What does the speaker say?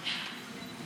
מתחייב אני